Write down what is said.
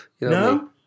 No